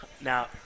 Now